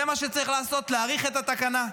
זה מה שצריך לעשות, להאריך את התקנה.